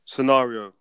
Scenario